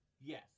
Yes